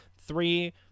Three